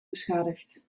beschadigd